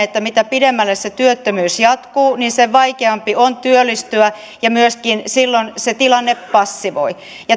että mitä pidemmälle se työttömyys jatkuu niin sen vaikeampi on työllistyä ja myöskin silloin se tilanne passivoi